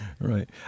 right